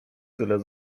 tyle